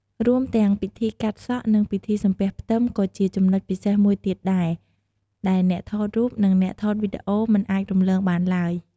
រួមទាំងពិធីកាត់សក់ និងពិធីសំពះផ្ទឹមក៏ជាចំណុចពិសេសមួយទៀតដែរ ដែលអ្នកថតរូបនិងអ្នកថតវីដេអូមិនអាចរំលងបានឡើយ។